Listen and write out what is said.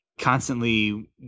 constantly